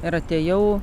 ir atėjau